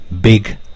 big